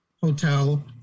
hotel